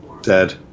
dead